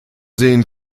sehen